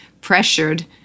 pressured